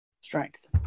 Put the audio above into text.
Strength